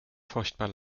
furchtbar